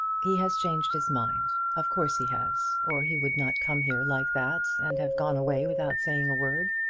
he has changed his mind. of course he has, or he would not come here like that and have gone away without saying a word.